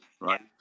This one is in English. right